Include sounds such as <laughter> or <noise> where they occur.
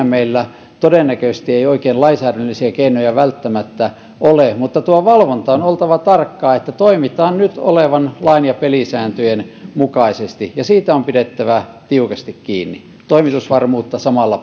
<unintelligible> meillä todennäköisesti ei oikein lainsäädännöllisiä keinoja välttämättä ole mutta tuon valvonnan on oltava tarkkaa niin että toimitaan nyt olevan lain ja pelisääntöjen mukaisesti ja siitä on pidettävä tiukasti kiinni toimitusvarmuutta samalla <unintelligible>